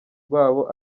rwabo